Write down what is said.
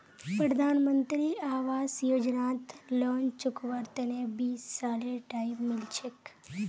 प्रधानमंत्री आवास योजनात लोन चुकव्वार तने बीस सालेर टाइम मिल छेक